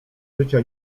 życia